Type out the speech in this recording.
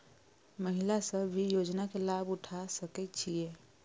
महिला सब भी योजना के लाभ उठा सके छिईय?